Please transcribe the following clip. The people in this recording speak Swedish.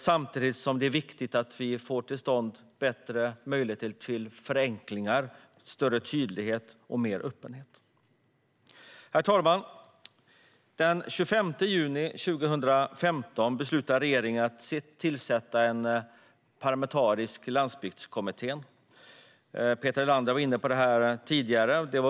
Samtidigt är det viktigt att vi får till stånd bättre möjligheter till förenklingar, större tydlighet och mer öppenhet. Herr talman! Den 25 juni 2015 beslutade regeringen att tillsätta en parlamentarisk landsbygdskommitté, vilket Peter Helander var inne på tidigare.